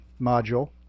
module